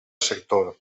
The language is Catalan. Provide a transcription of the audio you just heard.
sector